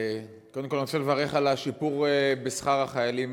קודם כול אני רוצה לברך על השיפור בשכר החיילים,